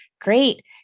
great